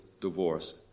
divorce